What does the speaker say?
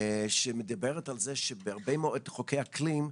שמדברת על זה שבהרבה מאוד חוקי אקלים,